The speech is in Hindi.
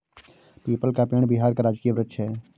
पीपल का पेड़ बिहार का राजकीय वृक्ष है